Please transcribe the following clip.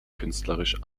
künstlerisch